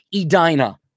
Edina